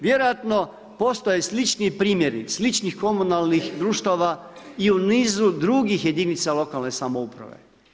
Vjerojatno postoje slični primjeri sličnih komunalnih društava i u nizu drugih jedinica lokalne samouprave.